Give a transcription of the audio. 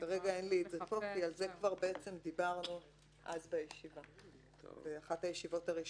כרגע אין לי את זה פה כי על זה כבר דיברנו באחת הישיבות הראשונות.